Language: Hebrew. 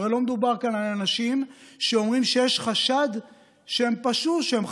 הרי לא מדובר כאן על אנשים שאומרים שיש חשד לכך שהם פשעו,